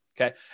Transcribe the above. okay